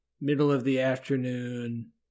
middle-of-the-afternoon